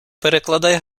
перекладай